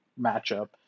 matchup